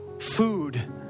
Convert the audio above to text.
food